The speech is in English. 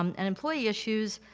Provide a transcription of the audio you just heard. um and employee issues.